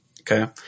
okay